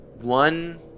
one